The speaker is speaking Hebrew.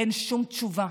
אין שום תשובה